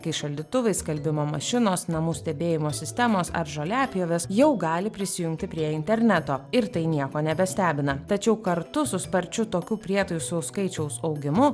kai šaldytuvai skalbimo mašinos namų stebėjimo sistemos ar žoliapjovės jau gali prisijungti prie interneto ir tai nieko nebestebina tačiau kartu su sparčiu tokių prietaisų skaičiaus augimu